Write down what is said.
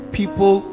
people